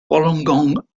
wollongong